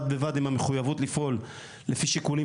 בד בבד עם המחויבות לפעול לפי שיקולים